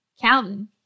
Calvin